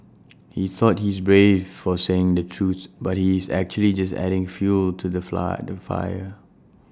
he thought he's brave for saying the truth but he's actually just adding fuel to the flat the fire